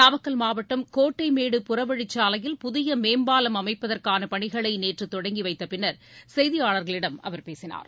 நாமக்கல் மாவட்டம் கோட்டைமேடு புறவழிச்சுலையில் புதிய மேம்பாலம் அமைப்பதற்கான பணிகளை நேற்று தொடங்கி வைத்த பின்னர் செய்தியாளர்களிடம் அவர் பேசினார்